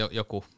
joku